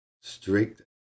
strict